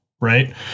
right